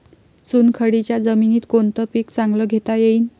चुनखडीच्या जमीनीत कोनतं पीक चांगलं घेता येईन?